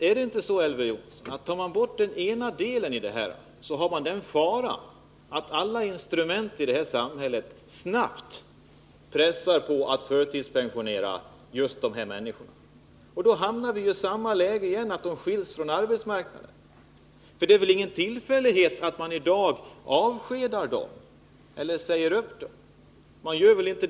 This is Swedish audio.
Är det inte så, Elver Jonsson, att om man bara undantar dem som får sjukbidrag och inte dem som förtidspensioneras så uppstår faran att alla instrument i samhället snabbt pressar på mot en förtidspensionering av dessa människor? Då hamnar man ju i samma läge igen, att de skiljs från arbetsmarknaden. Det är väl ingen tillfällighet att arbetsköparna i dag säger upp dessa personer?